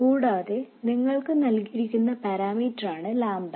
കൂടാതെ നിങ്ങൾക്ക് നൽകിയിരിക്കുന്ന പാരാമീറ്ററാണ് ലാംഡ